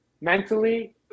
mentally